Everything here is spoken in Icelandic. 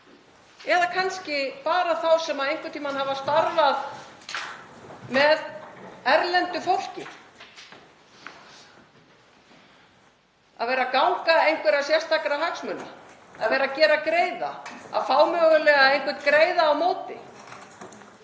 eða kannski bara þá sem einhvern tímann hafa starfað með erlendu fólki — að vera að ganga einhverra sérstakra hagsmuna, að vera að gera greiða, að fá mögulega einhvern greiða á móti.